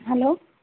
hello